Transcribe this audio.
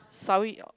sawi